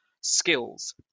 skills